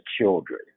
children